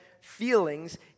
feelings